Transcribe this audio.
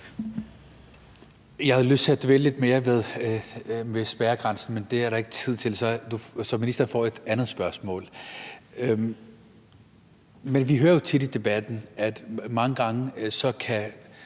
Jeg havde lyst til at dvæle lidt mere ved spærregrænsen, men det er der ikke tid til, så ministeren får et andet spørgsmål. Vi hører jo mange gange i